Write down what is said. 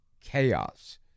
chaos